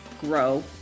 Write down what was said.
grow